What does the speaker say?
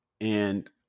and-